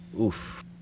Oof